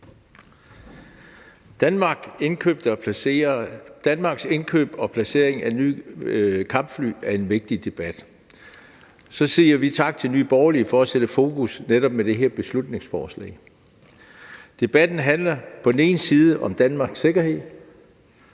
Danmarks indkøb og placering af nye kampfly er en vigtig debat, så vi siger tak til Nye Borgerlige for med det her beslutningsforslag at sætte fokus på det. Debatten handler på den ene side om Danmarks sikkerhed.